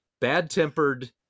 bad-tempered